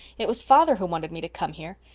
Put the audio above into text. it was father who wanted me to come here.